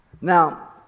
Now